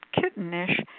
kittenish